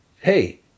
hey